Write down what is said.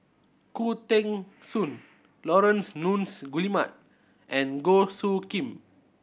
Khoo Teng Soon Laurence Nunns Guillemard and Goh Soo Khim